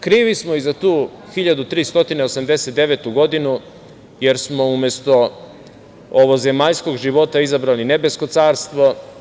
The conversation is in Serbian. Krivi smo i za tu 1389. godinu, jer smo umesto ovozemaljskog života izabrali nebesko carstvo.